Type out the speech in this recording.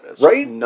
Right